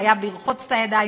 חייב לרחוץ את הידיים,